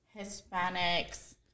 Hispanics